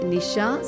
Nisha